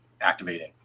activating